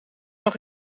nog